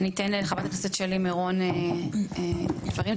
ניתן לחברת הכנסת שלי מירון לשאת דברים,